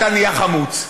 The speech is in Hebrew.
אתה נהיה חמוץ.